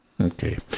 Okay